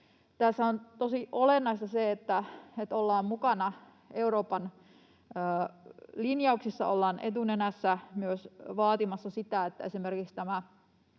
Tässä on tosi olennaista se, että ollaan mukana Euroopan linjauksissa, ollaan etunenässä myös vaatimassa sitä, että esimerkiksi nämä